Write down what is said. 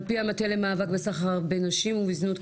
על פי המטה למאבק בסחר בנשים ובזנות,